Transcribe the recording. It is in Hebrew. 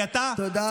תודה רבה.